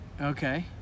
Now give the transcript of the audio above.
Okay